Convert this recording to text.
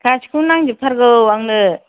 गासैखौबो नांजोबथारगौ आंनो